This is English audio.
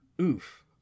oof